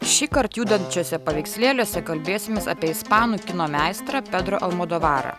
šįkart judančiuose paveikslėliuose kalbėsimės apie ispanų kino meistrą petro almudovarą